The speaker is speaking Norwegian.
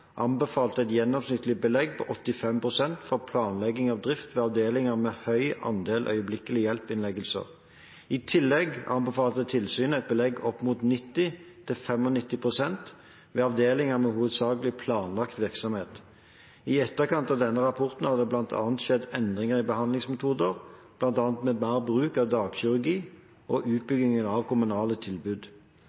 anbefalte et gjennomsnittlig belegg på 85 pst. for planlegging av drift ved avdelinger med en høy andel av øyeblikkelig hjelp-innleggelser. I tillegg anbefalte tilsynet et belegg opp mot 90–95 pst. ved avdelinger med hovedsakelig planlagt virksomhet. I etterkant av denne rapporten har det skjedd endringer i behandlingsmetoder, bl.a. med mer bruk av dagkirurgi og utbygging av kommunale tilbud.